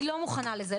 לא מוכנה לזה.